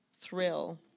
thrill